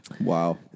Wow